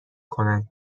کنند